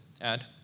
add